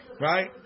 right